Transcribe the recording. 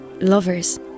lovers